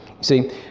See